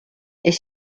est